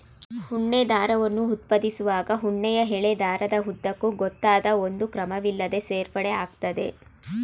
ಉಣ್ಣೆ ದಾರವನ್ನು ಉತ್ಪಾದಿಸುವಾಗ ಉಣ್ಣೆಯ ಎಳೆ ದಾರದ ಉದ್ದಕ್ಕೂ ಗೊತ್ತಾದ ಒಂದು ಕ್ರಮವಿಲ್ಲದೇ ಸೇರ್ಪಡೆ ಆಗ್ತದೆ